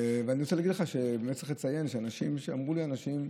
אני רוצה להגיד לך שצריך לציין שאמרו לי אנשים: